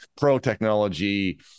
pro-technology